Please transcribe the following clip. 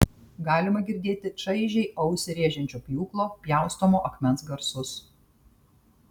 galima girdėti čaižiai ausį rėžiančio pjūklo pjaustomo akmens garsus